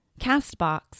CastBox